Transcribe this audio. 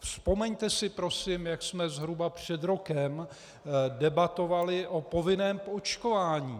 Vzpomeňte si prosím, jak jsme zhruba před rokem debatovali o povinném očkování.